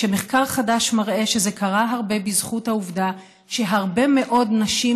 שמחקר חדש מראה שזה קרה הרבה בזכות העובדה שהרבה מאוד נשים